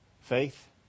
faith